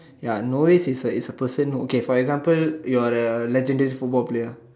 ya novice is a is a person okay for example you are a legendary football player